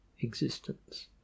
existence